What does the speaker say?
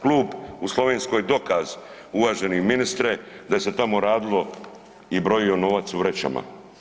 Klub u Slovenskoj je dokaz uvaženi ministre da se tamo radilo i brojao novac u vrećama.